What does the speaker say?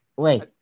Wait